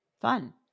fun